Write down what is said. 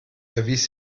erwies